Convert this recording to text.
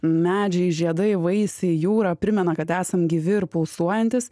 medžiai žiedai vaisiai jūra primena kad esam gyvi ir pulsuojantys